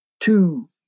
two